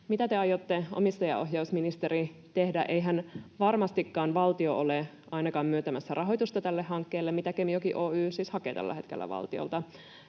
Mitä te aiotte, omistajaohjausministeri, tehdä? Eihän varmastikaan valtio ole ainakaan myöntämässä rahoitusta tälle hankkeelle, mitä Kemijoki Oy siis hakee tällä hetkellä valtiolta?